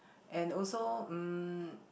and also um